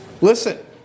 listen